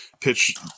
pitch